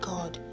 God